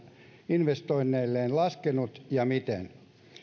investoinneilleen laskenut ja miten